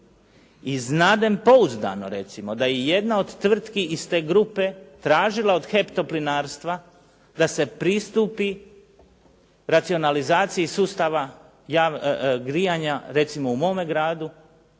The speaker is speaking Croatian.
i znadem pouzdano recimo da je jedna od tvrtki iz te grupe tražila od HEP toplinarstva da se pristupi racionalizaciji sustava grijanja recimo u mome gradu